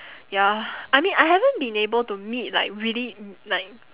ya I mean I haven't been able to meet like really m~ like